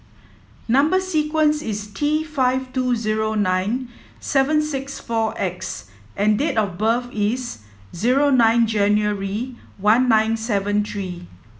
number sequence is T five two zero nine seven six four X and date of birth is zero nine January one nine seven three